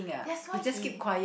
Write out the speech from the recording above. that's why he